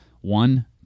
One